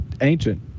ancient